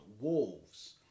wolves